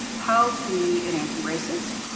how to be an anti-racist,